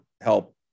help